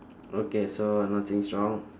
okay so nothing's wrong